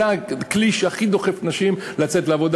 זה הכלי שהכי דוחף נשים לצאת לעבודה,